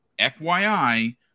fyi